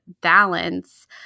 balance